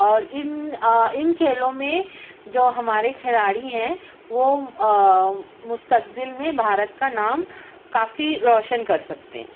اور ان ان کھیلوں میں جو ہمارے کھلاڑی ہیں وہ مستقبل میں بھارت کا نام کافی روشن کر سکتے ہیں